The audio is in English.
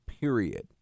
period